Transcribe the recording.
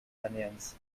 onions